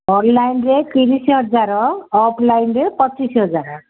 ଅନ୍ଲାଇନ୍ରେ ତିରିଶି ହଜାର ଅଫ୍ଲାଇନ୍ରେ ପଚିଶି ହଜାର